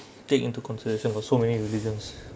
take into consideration for so many religions